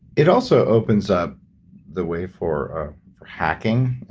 it also opens up the way for ah for hacking,